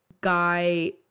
guy